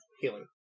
healing